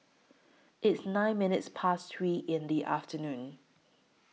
its nine minutes Past three in The afternoon